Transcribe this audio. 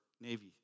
Navy